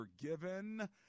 forgiven